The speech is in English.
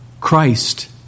Christ